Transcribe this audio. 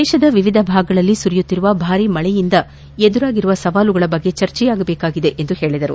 ದೇಶದ ವಿವಿಧ ಭಾಗಗಳಲ್ಲಿ ಸುರಿಯುತ್ತಿರುವ ಭಾರಿ ಮಳೆಯಿಂದ ಎದುರಾಗಿರುವ ಸವಾಲುಗಳ ಬಗ್ಗೆ ಚರ್ಚೆಯಾಗಬೇಕಾಗಿದೆ ಎಂದು ಹೇಳಿದ್ದಾರೆ